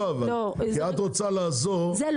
זו רגולציה טובה אבל כי את רוצה לעזור --- ניסו